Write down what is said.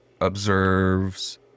observes